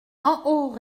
haut